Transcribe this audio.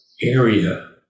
area